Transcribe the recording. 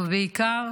ובעיקר